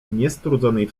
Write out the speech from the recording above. niestrudzonej